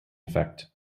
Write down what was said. effect